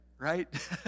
right